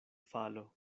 falo